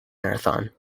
marathon